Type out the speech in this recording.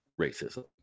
racism